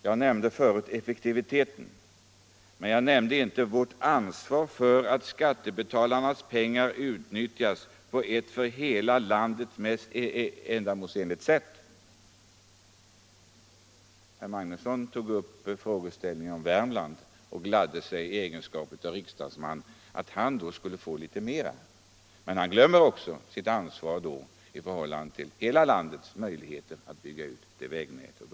—- Jag nämnde förut effektiviteten, men jag nämnde inte vårt ansvar för att skattebetalarnas pengar utnyttjas på ett för hela landet mest ändamålsenligt sätt. Herr Magnusson i Kristinehamn tog upp frågeställningen om Värmland och gladde sig i egenskap av riksdagsman åt att han skulle få litet mer till sitt län. Men han glömmer då sitt ansvar för hela landets möjligheter att bygga ut vägnätet.